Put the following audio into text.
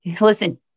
listen